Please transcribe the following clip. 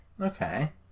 Okay